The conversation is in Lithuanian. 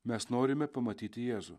mes norime pamatyti jėzų